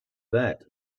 that